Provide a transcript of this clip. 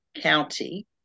County